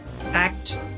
Act